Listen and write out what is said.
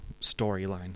storyline